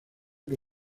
que